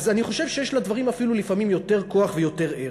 אני חושב שיש לדברים אפילו לפעמים יותר כוח ויותר ערך.